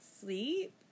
sleep